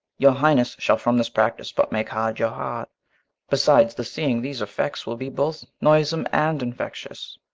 your highness shall from this practice but make hard your heart besides, the seeing these effects will be both noisome and infectious.